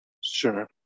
Sure